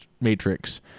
Matrix